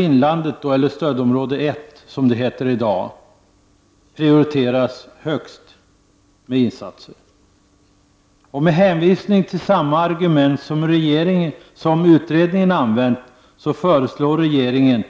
Inlandet — eller stödområde 1, som det heter i dag — skulle prioriteras högst när det gäller insatserna. Med hänvisning till samma argument som utredningen har använt sig av föreslår regeringen